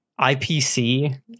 IPC